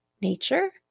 nature